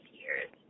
years